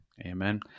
amen